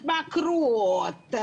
התמכרות,